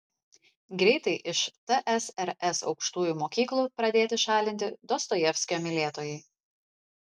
greitai iš tsrs aukštųjų mokyklų pradėti šalinti dostojevskio mylėtojai